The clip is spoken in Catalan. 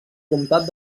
comtat